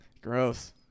gross